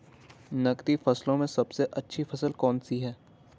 नकदी फसलों में सबसे अच्छी फसल कौन सी है?